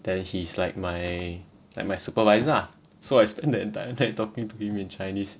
then he is like my like my supervisor ah so I spend the entire time talking to him in chinese